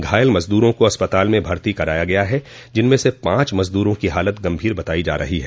घायल मजदूरा को अस्पताल में भर्ती कराया गया है इनमें से पांच मजदूरों की हालत गंभीर बताई जा रही है